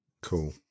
cool